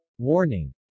warning